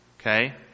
okay